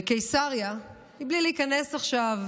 בקיסריה, בלי להיכנס עכשיו